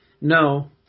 No